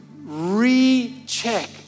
recheck